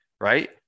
right